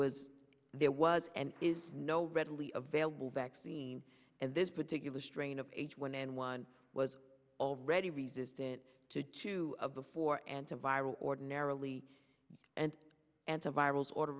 was there was and is no readily available vaccine and this particular strain of h one n one was already resistant to two of the four anti viral ordinarily and anti virals order